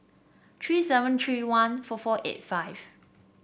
three seven three one four four eight five